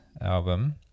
album